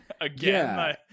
again